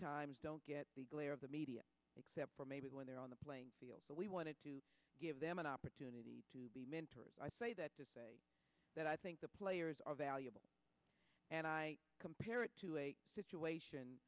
times don't get the glare of the media except for maybe when they're on the playing field but we wanted to give them an opportunity to be mentored i say that to say that i think the players are valuable and i compare it to a situation